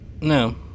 No